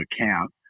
account